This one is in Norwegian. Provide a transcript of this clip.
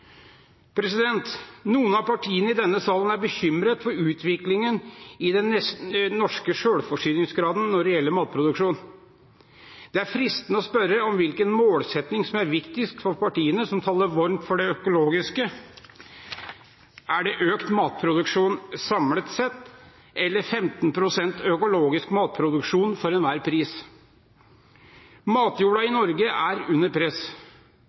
Noen av partiene i denne salen er bekymret for utviklingen av den norske selvforsyningsgraden når det gjelder matproduksjon. Det er fristende å spørre om hvilken målsetting som er viktigst for partiene som taler varmt for det økologiske. Er det økt matproduksjon samlet sett eller 15 pst. økologisk matproduksjon for enhver pris? Matjorda i Norge er under press.